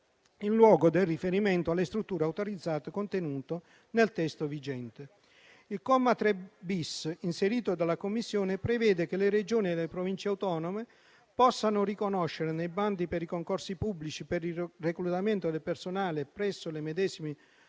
in luogo del riferimento alle strutture autorizzate contenuto nel testo vigente. Il comma 3-*bis*, inserito dalla Commissione, prevede che le Regioni e le Province autonome possano riconoscere, nei bandi dei concorsi pubblici per il reclutamento del personale presso le medesime